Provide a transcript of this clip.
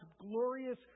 glorious